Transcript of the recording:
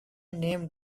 name